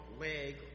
leg